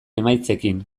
emaitzekin